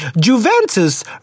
Juventus